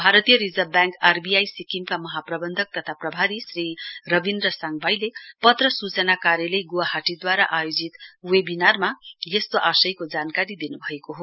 भारतीय reserve bank RBI सिक्किमका महाप्रबन्धक तथा प्रभारी श्री रबिन्द्र साङभाइले पत्र सूचना कार्यलय ग्वाहाटीद्वारा आयोजित वेबिनारमा यस्तो आशयको जानकारी दिन्भएको हो